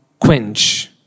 quench